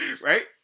Right